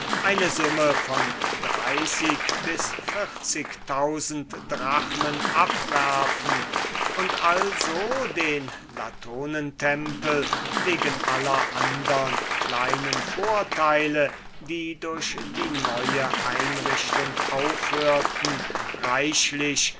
eine summe von dreißig bis vierzig tausend drachmen abwerfen und also den latonentempel wegen aller andern kleinen vorteile die durch die neue einrichtung aufhörten reichlich